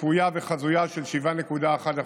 צפויה וחזויה של 7.1%,